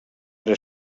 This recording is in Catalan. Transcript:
era